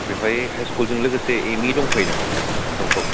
बेवहाय हाई स्कुलजों लोगोसे एम इ दंफायो नामा औ औ